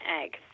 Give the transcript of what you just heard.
egg